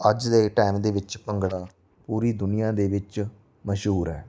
ਅੱਜ ਦੇ ਟਾਈਮ ਦੇ ਵਿੱਚ ਭੰਗੜਾ ਪੂਰੀ ਦੁਨੀਆਂ ਦੇ ਵਿੱਚ ਮਸ਼ਹੂਰ ਹੈ